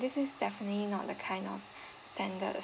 this is definitely not the kind of standards